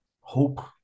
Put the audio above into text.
hope